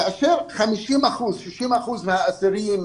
כאשר 60-50 אחוזים מהאסירים,